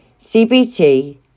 CBT